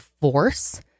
force